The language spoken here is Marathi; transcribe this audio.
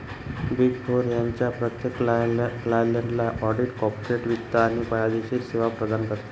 बिग फोर त्यांच्या प्रत्येक क्लायंटला ऑडिट, कॉर्पोरेट वित्त आणि कायदेशीर सेवा प्रदान करते